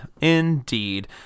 Indeed